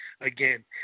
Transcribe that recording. Again